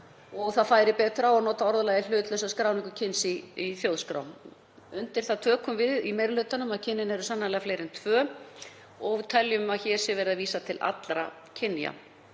Betur færi á að nota orðalagið „hlutlausa skráningu kyns í þjóðskrá“. Undir það tökum við í meiri hlutanum að kynin eru sannarlega fleiri en tvö og við teljum að hér sé verið að vísa til allra kynja.